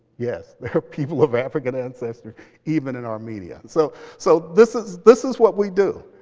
yes, there are people of african ancestry even in our media. so so this is this is what we do.